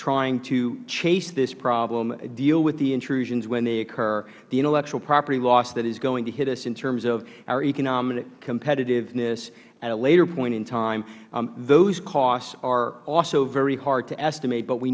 trying to chase this problem deal with the intrusions when they occur the intellectual property loss that is going to hit us in terms of our economic competitiveness at a later point in time those costs are also very hard to estimate but we